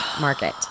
market